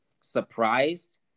surprised